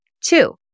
Two